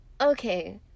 Okay